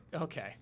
Okay